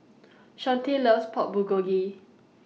Shawnte loves Pork Bulgogi